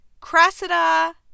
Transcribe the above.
Cressida